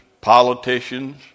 politicians